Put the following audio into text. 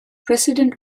president